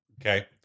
Okay